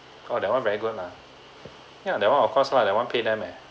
oh that one very good lah ya that one of course lah that one paid them eh